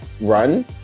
run